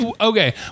Okay